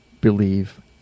believe